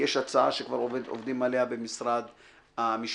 יש הצעה שכבר עובדים עליה במשרד המשפטים,